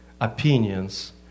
opinions